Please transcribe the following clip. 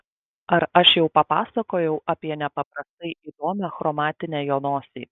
ar aš jau papasakojau apie nepaprastai įdomią chromatinę jo nosį